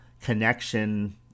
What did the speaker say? connection